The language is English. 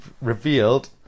revealed